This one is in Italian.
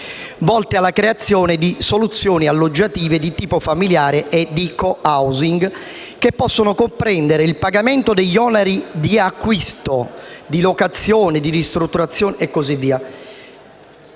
volte alla creazione di soluzioni alloggiative di tipo familiare e di *co-housing* che possono comprendere il pagamento degli oneri di acquisto di locazione, di ristrutturazione, eccetera.